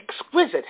exquisite